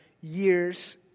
years